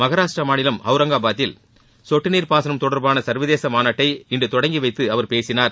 மகாராஷ்டிர மாநிலம் ஒளரங்காபாதில் சொட்டுநீர் பாசனம் தொடர்பான சர்வதேச மாநாட்டினை இன்று தொடங்கிவைத்து அவர் பேசினார்